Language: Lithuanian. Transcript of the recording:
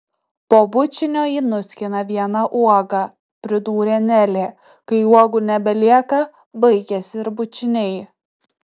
po bučinio ji nuskina vieną uogą pridūrė nelė kai uogų nebelieka baigiasi ir bučiniai